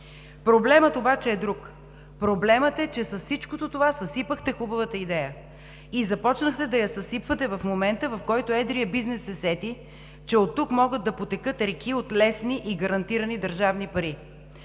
Проблемът обаче е друг. Проблемът е, че с всичкото това съсипахте хубавата идея. Започнахте да я съсипвате в момента, в който едрият бизнес се сети, че оттук могат да потекат реки от лесни и гарантирани държавни пари.